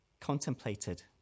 contemplated